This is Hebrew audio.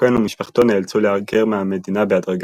כהן ומשפחתו נאלצו להגר מהמדינה בהדרגה.